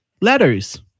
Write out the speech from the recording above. letters